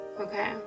Okay